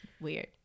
weird